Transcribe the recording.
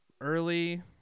early